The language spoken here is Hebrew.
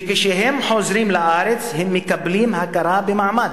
וכשהם חוזרים לארץ הם מקבלים הכרה במעמד,